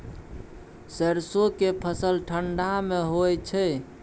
सरसो के फसल ठंडा मे होय छै?